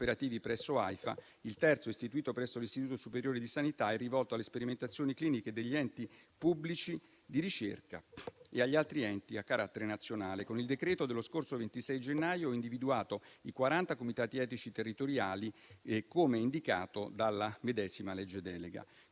il terzo istituito presso l'Istituto superiore di sanità e rivolto alle sperimentazioni cliniche degli enti pubblici di ricerca e agli altri enti a carattere nazionale. Con il decreto dello scorso 26 gennaio ho individuato i 40 comitati etici territoriali, come indicato dalla medesima legge delega.